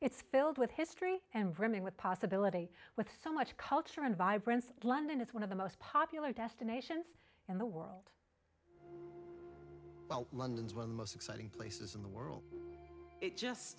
it's filled with history and brimming with possibility with so much culture and vibrancy london is one of the most popular destinations in the world london's well the most exciting places in the world it just